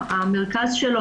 המרכז שלו,